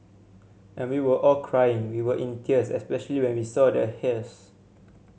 and we were all crying we were in tears especially when we saw the hearse